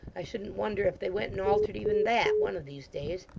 i shouldn't wonder if they went and altered even that, one of these days.